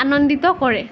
আনন্দিত কৰে